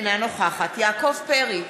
אינה נוכחת יעקב פרי,